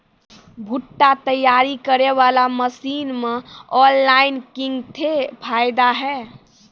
भुट्टा तैयारी करें बाला मसीन मे ऑनलाइन किंग थे फायदा हे?